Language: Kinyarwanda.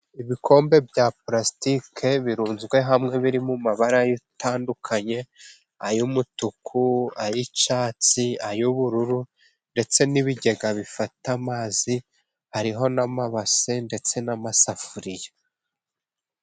Ibikombe bya purasitike birunzwe hamwe biri mu mabara atandukanye, ay'umutuku, ay'icyatsi, ay'ubururu, ndetse n'ibigega bifata amazi, hariho n'amabase ndetse n'amasafuriya.